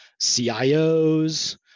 CIOs